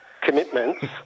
commitments